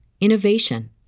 innovation